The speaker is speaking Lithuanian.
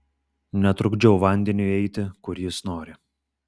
netrukdžiau vandeniui eiti kur jis nori